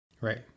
Right